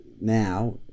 now